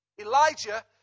Elijah